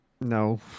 no